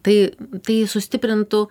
tai tai sustiprintų